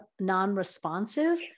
non-responsive